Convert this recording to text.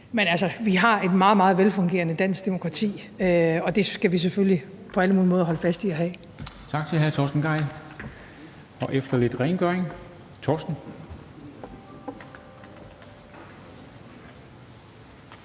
Men altså, vi har et meget, meget velfungerende dansk demokrati, og det skal vi selvfølgelig på alle mulige måder holde fast i at have. Kl. 14:13 Formanden (Henrik Dam Kristensen):